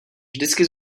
vždycky